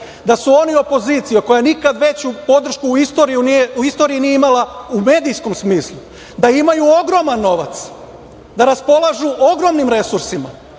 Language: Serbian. da su oni opozicija koja nikad veću podršku u istoriji nije imala u medijskom smislu, da imaju ogroman novac, da raspolažu ogromnim resursima,